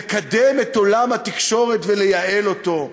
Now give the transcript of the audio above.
לקדם את עולם התקשורת ולייעל אותו,